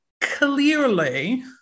clearly